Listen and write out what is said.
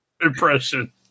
impression